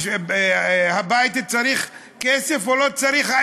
משק-הבית צריך כסף או לא צריך,